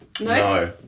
No